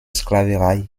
sklaverei